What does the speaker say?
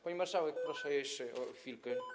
Pani marszałek, proszę jeszcze o chwilkę.